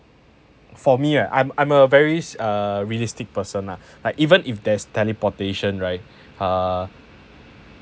for me right I'm I'm a very realistic person I even if there's teleportation right err